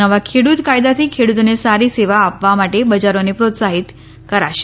નવા ખેડૂત કાયદાથી ખેડૂતોને સારી સેવા આપવા માટે બજારોને પ્રોત્સાહિત કરાશે